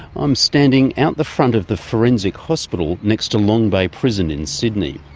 i'm standing out the front of the forensic hospital next to long bay prison in sydney.